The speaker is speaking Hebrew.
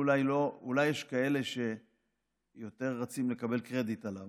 אולי יש כאלה שיותר רצים לקבל קרדיט עליו,